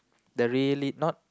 the really not